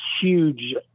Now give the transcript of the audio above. huge